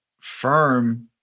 firm